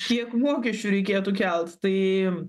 kiek mokesčių reikėtų kelt tai